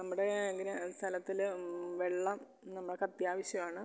നമ്മുടെ ഇങ്ങനെ സ്ഥലത്തിൽ വെള്ളം നമുക്കത്യാവശ്യമാണ്